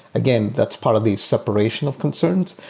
again, that's part of the separation of concerns,